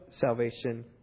salvation